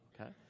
okay